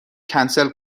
کنسل